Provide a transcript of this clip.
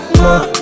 more